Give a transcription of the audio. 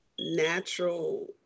natural